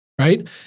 right